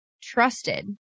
trusted